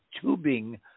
tubing